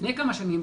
לפני כמה שנים,